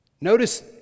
notice